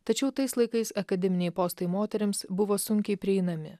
tačiau tais laikais akademiniai postai moterims buvo sunkiai prieinami